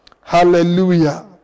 Hallelujah